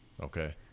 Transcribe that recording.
Okay